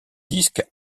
disque